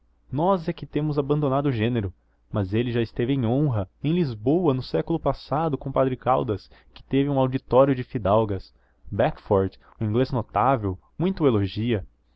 nós é que temos abandonado o gênero mas ele já esteve em honra em lisboa no século passado com o padre caldas que teve um auditório de fidalgas beckford um inglês muito o elogia